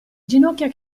ginocchia